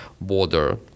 border